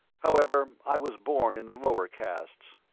however, i was born in the lower castes.